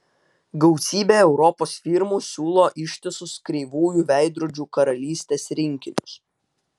gausybė europos firmų siūlo ištisus kreivųjų veidrodžių karalystės rinkinius